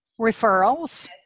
referrals